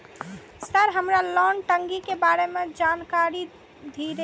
Sir हमरा loan टंगी के बारे में जान कारी धीरे?